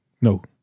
No